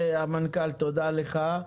תודה לך.